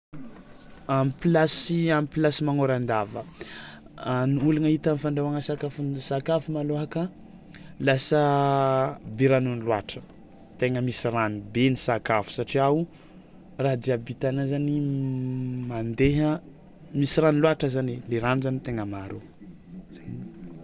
Amy plasy amy plasy magnôrandava ny olagna hita amy fandrahogna sakafo sakafo malôha ka lasa be ragnony loatra tegna misy ragno be ny sakafo satria o raha jiaby hitana zany mandeha misy loatra zany le rano zany tegna maro, zay.